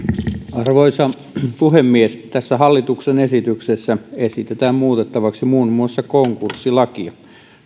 arvoisa puhemies tässä hallituksen esityksessä esitetään muutettavaksi muun muassa konkurssilakia